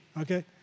okay